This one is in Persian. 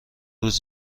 روز